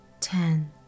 Ten